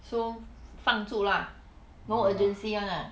so 放住 lah no urgency [one] lah